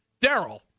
Daryl